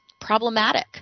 problematic